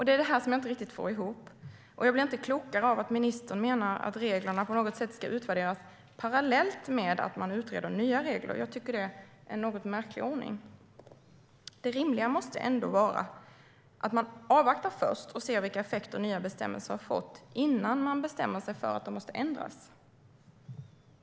Det är detta som jag inte riktigt får ihop, och jag blir inte klokare av att ministern menar att reglerna på något sätt ska utvärderas parallellt med att man utreder nya regler. Jag tycker att det är en något märklig ordning. Det rimliga måste väl ändå vara att man först avvaktar och ser vilka effekter nya bestämmelser har fått innan man bestämmer sig för att de måste ändras.